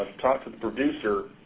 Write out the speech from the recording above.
talk to the producer,